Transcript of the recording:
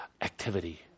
activity